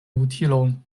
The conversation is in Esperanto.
utilon